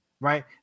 right